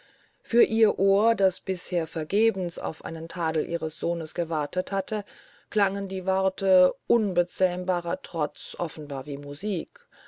für ihr ohr das bisher vergebens auf einen tadel ihres sohnes gewartet hatte klangen die worte unbezähmbarer trotz offenbar wie musik